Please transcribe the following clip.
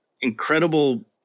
incredible